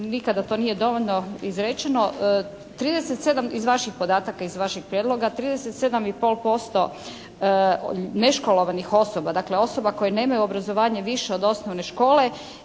iz vaših prijedloga 37 i pol posto neškolovanih osoba, dakle osoba koje nemaju obrazovanje više od osnovne škole